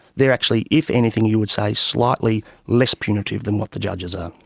they're actually if anything you would say, slightly less punitive than what the judges are.